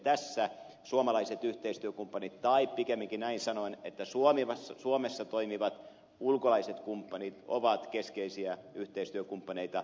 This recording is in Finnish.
tässä suomalaiset yhteistyökumppanit tai pikemminkin sanon näin että suomessa toimivat ulkolaiset kumppanit ovat keskeisiä yhteistyökumppaneita